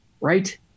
right